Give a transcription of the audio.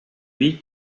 vie